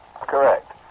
Correct